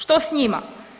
Što s njima?